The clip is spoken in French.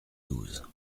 douze